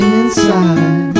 Inside